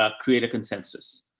ah create a consensus.